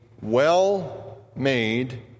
well-made